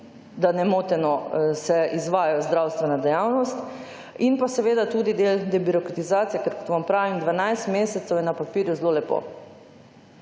da nemoteno se izvaja zdravstvena dejavnost in pa seveda tudi del debirokratizacije, kot vam pravim, 12 mesecev je na papirju zelo lepo.